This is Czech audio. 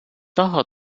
toho